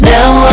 Now